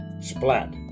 Splat